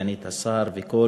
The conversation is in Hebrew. לסגנית השר ולכל